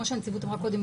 כמו שהנציבות אמרה קודם,